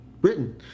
written